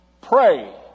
Pray